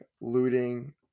looting